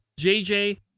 JJ